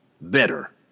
Better